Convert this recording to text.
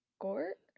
Gort